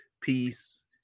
peace